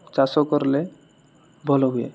ଚାଷ କରଲେ ଭଲ ହୁଏ